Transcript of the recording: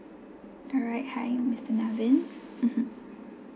alright hi mister naveen mmhmm